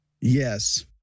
Yes